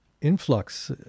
influx